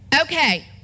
Okay